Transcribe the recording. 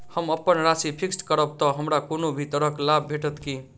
हम अप्पन राशि फिक्स्ड करब तऽ हमरा कोनो भी तरहक लाभ भेटत की?